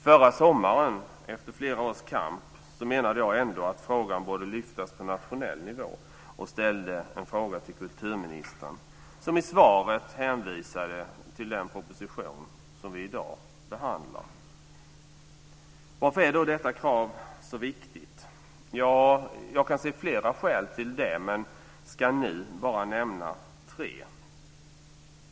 Förra sommaren, efter flera års kamp, menade jag ändå att frågan borde lyftas på nationell nivå och ställde en fråga till kulturministern, som i svaret hänvisade till den proposition som vi i dag behandlar. Varför är då detta krav så viktigt? Jag kan se flera skäl till det men ska nu bara nämna tre.